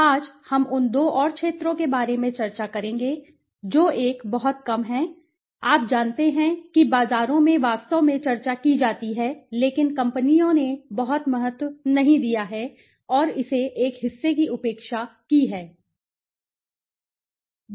आज हम उन दो और क्षेत्रों के बारे में चर्चा करेंगे जो एक बहुत कम है आप जानते हैं कि बाजारों में वास्तव में चर्चा की जाती है लेकिन कंपनियों ने बहुत महत्व नहीं दिया है और इसे एक हिस्से की उपेक्षा की गई है